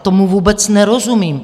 Tomu vůbec nerozumím.